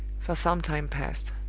for some time past.